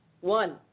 One